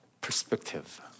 perspective